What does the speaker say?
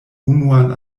unuan